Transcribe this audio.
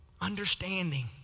Understanding